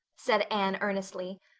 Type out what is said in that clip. said anne earnestly.